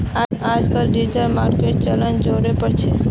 अजकालित डिजिटल मार्केटिंगेर चलन ज़ोरेर पर छोक